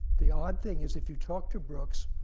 the odd thing is, if you talk to brooks,